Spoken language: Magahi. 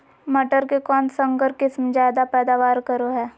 मटर के कौन संकर किस्म जायदा पैदावार करो है?